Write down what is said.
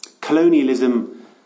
Colonialism